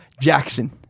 Jackson